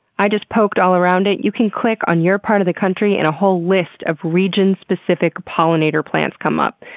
i just poked all around it. you can click on your part of the country and a whole list of region-specific pollinator plants come up.